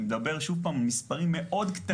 אני מדבר שוב על מספרים מאוד קטנים.